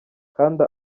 kandi